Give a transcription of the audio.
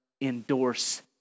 endorse